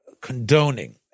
condoning